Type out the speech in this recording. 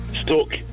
Stoke